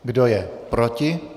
Kdo je proti?